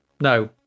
No